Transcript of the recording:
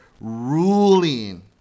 ruling